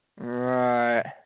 Right